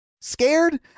scared